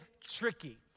tricky